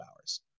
hours